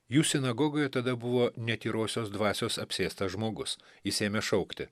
jų sinagogoj tada buvo netyrosios dvasios apsėstas žmogus jis ėmė šaukti